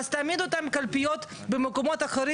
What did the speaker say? אז תעמיד אותם קלפיות במקומות אחרים